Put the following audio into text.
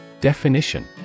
Definition